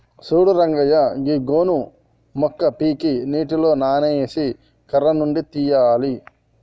సూడు రంగయ్య గీ గోను మొక్క పీకి నీటిలో నానేసి కర్ర నుండి తీయాలి